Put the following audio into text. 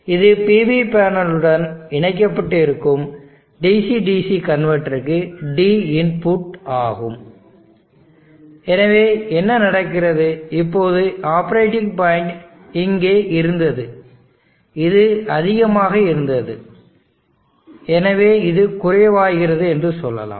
இது PV panel உடன் இணைக்கப்பட்டு இருக்கும் DC DC கன்வெர்ட்டருக்கு d இன்புட் ஆகும் எனவே என்ன நடக்கிறது இப்போது ஆப்பரேட்டிங் பாயிண்ட் இங்கே இருந்தது இது அதிகமாக இருந்தது எனவே இது குறைவாகிறது என்று சொல்லலாம்